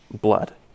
blood